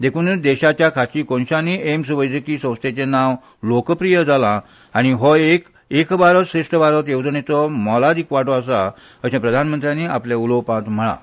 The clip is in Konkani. देखुनुच देशाच्या खाची कोनशानी ऐम्स वैजकी संस्थेचे नाव लोकप्रिय आसा आनी हो एक एक भारत श्रेष्ट भारत येवजणेचो एक मोलादिक वांटो आसा अशें प्रधानमंत्र्यानी आपल्या उलोवपांत म्हळां